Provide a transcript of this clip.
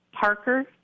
Parker